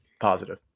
Positive